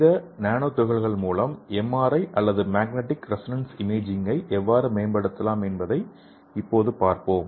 இந்த நானோ துகள்கள் மூலம் எம்ஆர்ஐ அல்லது மேக்னடிக் ரெசோனன்ஸ் இமேஜிங்கை எவ்வாறு மேம்படுத்தலாம் என்பதை இப்போது பார்ப்போம்